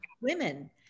women